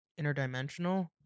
interdimensional